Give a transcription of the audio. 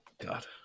God